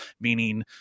meaning